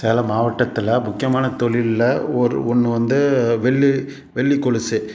சேலம் மாவட்டத்தில் முக்கியமான தொழிலில் ஒரு ஒன்று வந்து வெள்ளி வெள்ளி கொலுசு